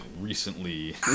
recently